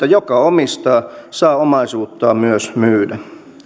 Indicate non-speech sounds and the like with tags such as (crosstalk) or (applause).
(unintelligible) joka omistaa saa omaisuuttaan myös myydä